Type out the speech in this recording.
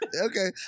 Okay